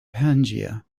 pangaea